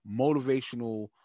motivational